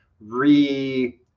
re